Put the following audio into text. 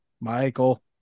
michael